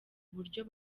uburyo